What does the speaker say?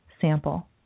sample